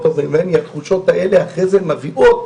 טוב ממני התחושות האלה אחר כך מביאות